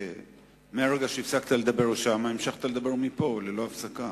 מהרגע שהפסקת לדבר שם המשכת לדבר מפה ללא הפסקה,